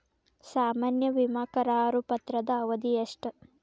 ಸಾಮಾನ್ಯ ವಿಮಾ ಕರಾರು ಪತ್ರದ ಅವಧಿ ಎಷ್ಟ?